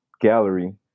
gallery